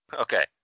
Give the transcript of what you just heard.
okay